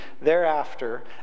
thereafter